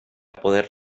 poder